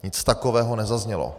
Nic takového nezaznělo!